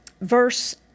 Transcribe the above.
verse